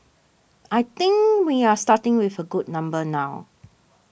I think we are starting with a good number now